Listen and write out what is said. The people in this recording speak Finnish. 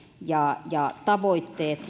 ja ja tavoitteet